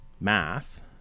math